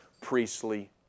Priestly